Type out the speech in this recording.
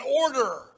order